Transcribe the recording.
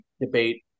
debate